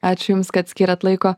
ačiū jums kad skyrėt laiko